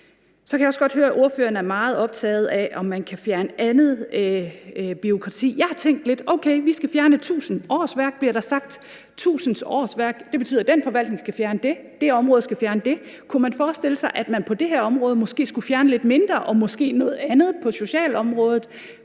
Så kan jeg også høre, at ordføreren er meget optaget af, om man kan fjerne andet bureaukrati. Jeg har lidt tænkt: Okay, vi skal fjerne 1.000 årsværk, som det bliver sagt. 1.000 årsværk betyder, at den forvaltning skal fjerne det, at det område skal fjerne noget andet. Kunne man forestille sig, at man på det her område måske skulle fjerne lidt mindre og måske noget andet på socialområdet?